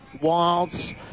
Wilds